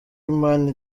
imana